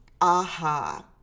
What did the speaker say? aha